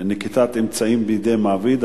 נקיטת אמצעים בידי מעביד),